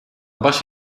baş